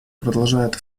продолжает